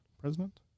president